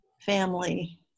family